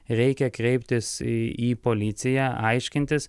reikia kreiptis į policiją aiškintis